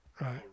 Right